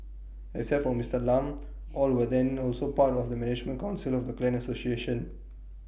except for Mister Lam all were then also part of the management Council of the clan association